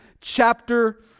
chapter